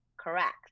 Correct